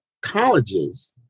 colleges